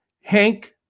Hank